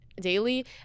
daily